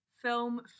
film